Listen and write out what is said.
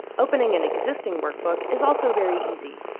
opening an existing workbook is also very easy.